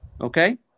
Okay